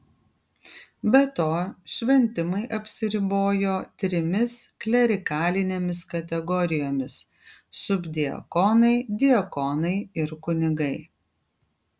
be to šventimai apsiribojo trimis klerikalinėmis kategorijomis subdiakonai diakonai ir kunigai